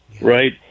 right